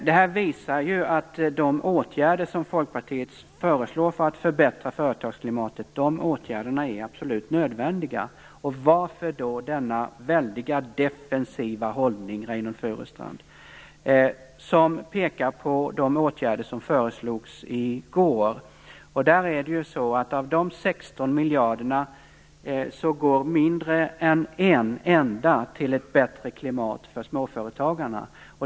Det här visar att de åtgärder som Folkpartiet föreslår för att förbättra företagsklimatet är absolut nödvändiga. Varför då den mycket defensiva hållning som de åtgärder som föreslogs i går visar på, Reynoldh Furustrand? Av de 16 miljarderna går mindre än en enda till ett bättre klimat för småföretagarna.